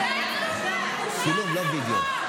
לא וידיאו.